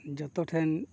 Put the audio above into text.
ᱡᱚᱛᱚ ᱴᱷᱮᱱ